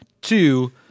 Two